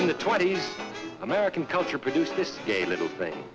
in the twenty's american culture produced this gay little thing